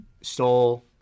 stole